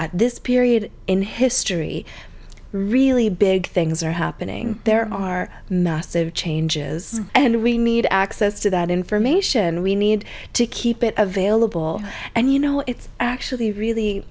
this period in history really big things are happening there are massive changes and we need access to that information we need to keep it available and you know it's actually really